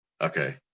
Okay